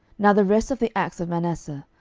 now the rest of the acts of manasseh,